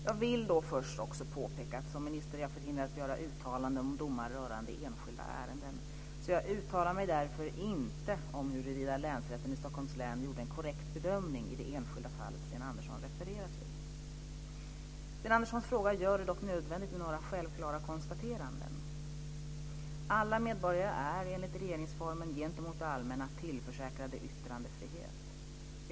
Jag vill först påpeka att jag som minister är förhindrad att göra uttalanden om domar rörande enskilda ärenden. Jag uttalar mig därför inte om huruvida Länsrätten i Stockholms län gjorde en korrekt bedömning i det enskilda fall Sten Andersson refererar till. Sten Anderssons fråga gör det dock nödvändigt med några självklara konstateranden. Alla medborgare är enligt regeringsformen gentemot det allmänna tillförsäkrade yttrandefrihet.